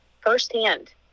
firsthand